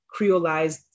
creolized